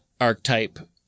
archetype